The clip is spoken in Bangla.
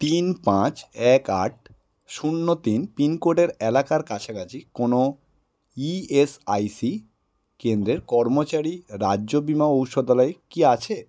তিন পাঁচ এক আট শূন্য তিন পিনকোডের এলাকার কাছাকাছি কোনো ইএসআইসি কেন্দ্রের কর্মচারী রাজ্য বিমা ঔষধালয় কি আছে